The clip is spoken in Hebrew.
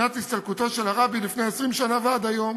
שנת הסתלקותו של הרבי לפני 20 שנה, ועד היום,